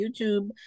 youtube